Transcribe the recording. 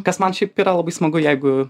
kas man šiaip yra labai smagu jeigu